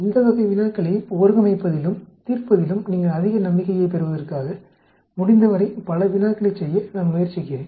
இந்த வகை வினாக்களை ஒழுங்கமைப்பதிலும் தீர்ப்பதிலும் நீங்கள் அதிக நம்பிக்கையைப் பெறுவதற்காக முடிந்தவரை பல வினாக்களைச் செய்ய நான் முயற்சிக்கிறேன்